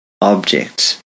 objects